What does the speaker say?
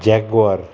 jaguar